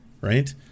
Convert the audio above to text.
right